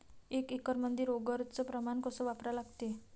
एक एकरमंदी रोगर च प्रमान कस वापरा लागते?